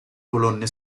colonne